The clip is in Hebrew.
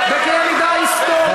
בקנה-מידה היסטורי,